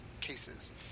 cases